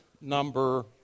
number